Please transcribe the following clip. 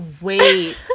wait